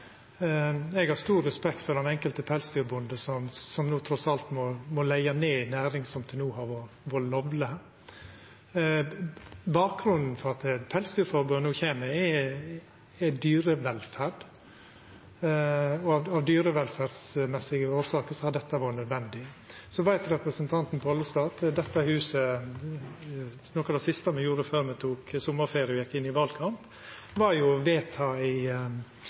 Eg har stor respekt for den enkelte pelsdyrbonde, som no – trass i alt – må leggja ned ei næring som til no har vore lovleg. Bakgrunnen for at pelsdyrforbodet no kjem, er velferda til dyra. Av omsyn til velferda til dyra har dette vore nødvendig. Representanten Pollestad veit at noko av det siste me her på huset gjorde før me tok sommarferie og gjekk inn i valkampen, var å vedta ei erstatningsordning som er raus. I